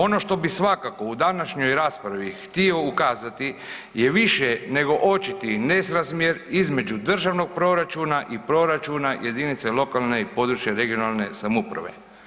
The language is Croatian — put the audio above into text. Ono što bi svakako u današnjoj raspravi htio ukazati je više nego očiti nesrazmjer između državnog proračuna i proračuna jedinice lokalne i područne (regionalne) samouprave.